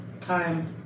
time